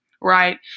right